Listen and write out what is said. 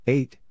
Eight